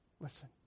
Listen